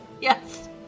yes